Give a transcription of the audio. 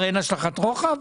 אין השלכת רוחב?